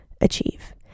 achieve